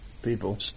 People